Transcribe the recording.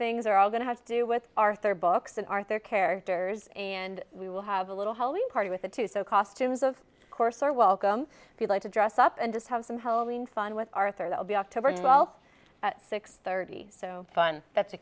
things are all going to have to do with arthur books and arthur characters and we will have a little hollywood party with it too so costumes of course are welcome if you like to dress up and just have some homing fun with arthur they'll be october twelfth at six thirty so fun that's a